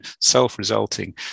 self-resulting